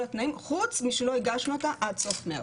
התנאים חוץ מזה שלא הגשנו אותה עד סוף מרץ.